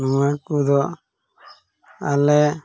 ᱱᱚᱣᱟ ᱠᱚᱫᱚ ᱟᱞᱮ